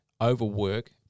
overwork